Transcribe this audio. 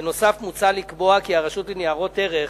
בנוסף, מוצע לקבוע כי הרשות לניירות ערך